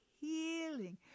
healing